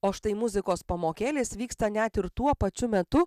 o štai muzikos pamokėlės vyksta net ir tuo pačiu metu